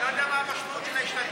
אני גם לא יודע מה המשמעות של ההשתדלות.